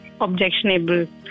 objectionable